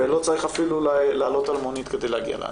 ולא צריך אפילו לעלות על מונית כדי להגיע לאנשהו.